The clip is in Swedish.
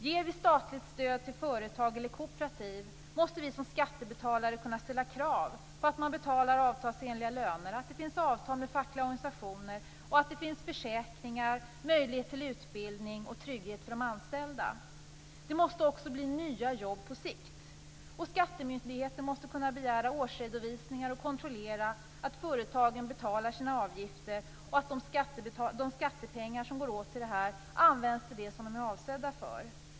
Ger vi statligt stöd till företag eller kooperativ, måste vi som skattebetalare kunna ställa krav: på att man betalar avtalsenliga löner, att det finns avtal med fackliga organisationer samt att det finns försäkringar och möjligheter till utbildning och trygghet för de anställda. Det måste också bli nya jobb på sikt. Skattemyndigheten måste kunna begära in årsredovisningar och kontrollera att företagen betalar sina avgifter samt att de skattepengar som går åt till det här används till det som de är avsedda för.